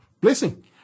Blessing